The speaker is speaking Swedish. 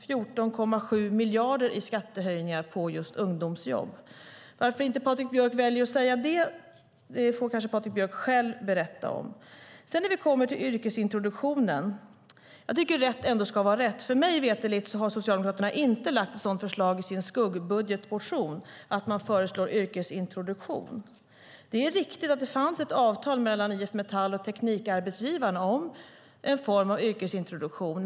14,7 miljarder i skattehöjningar på just ungdomsjobb. Varför Patrik Björck inte väljer att säga det får han själv berätta om. Sedan kommer vi till frågan om yrkesintroduktionen. Rätt ska ändå vara rätt. Mig veterligt har Socialdemokraterna inte lagt fram något förslag om yrkesintroduktion i sin skuggbudgetmotion. Det är riktigt att det fanns ett avtal mellan IF Metall och Teknikarbetsgivarna om en form av yrkesintroduktion.